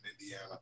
Indiana